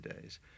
days